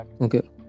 okay